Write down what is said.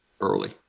early